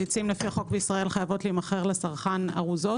ביצים לפי החוק בישראל חייבות להימכר לצרכן ארוזות.